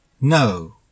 No